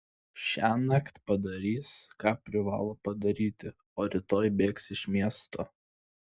šiąnakt padarys ką privalo padaryti o rytoj bėgs iš miesto